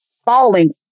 falling